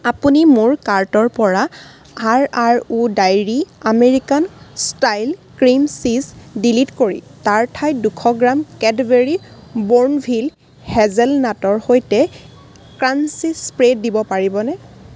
আপুনি মোৰ কাৰ্টৰপৰা আৰ আৰ অ' dairy American style cream cheese delete কৰি তাৰ ঠাইত দুশ গ্ৰাম কেটবেৰী বোৰ্ণভিল হেজেলনাটৰ সৈতে ক্ৰাঞ্চি স্প্ৰেড দিব পাৰিবনে